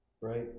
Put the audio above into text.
right